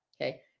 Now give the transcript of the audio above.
okay